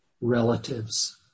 relatives